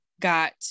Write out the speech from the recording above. got